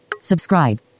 Subscribe